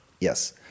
Yes